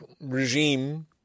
regime